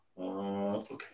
Okay